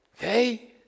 okay